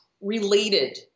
related